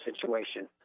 situation